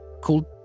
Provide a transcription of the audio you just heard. called